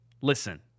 listen